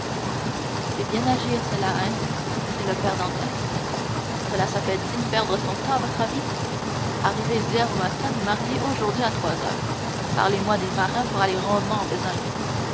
c'est bien agir cela hein dit le père dantès cela s'appelle-t-il perdre son temps à votre avis arrivé d'hier au matin marié aujourd'hui à trois heures parlez-moi des marins pour aller rondement en besogne